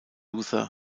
luther